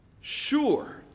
sure